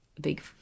big